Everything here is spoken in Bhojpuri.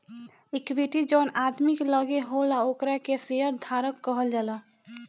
इक्विटी जवन आदमी के लगे होला ओकरा के शेयर धारक कहल जाला